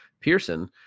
Pearson